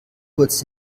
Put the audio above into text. kurz